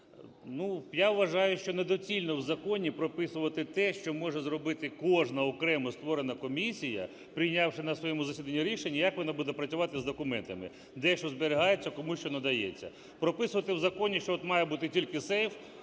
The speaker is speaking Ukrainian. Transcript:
Я вважаю, що недоцільно в законі прописувати те, що може зробити кожна окремо створена комісія, прийнявши на своєму засіданні рішення, як вона буде працювати з документами, де що зберігається і кому що надається. Прописувати в законі, що має бути тільки сейф,